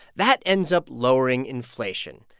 that ends up lowering inflation.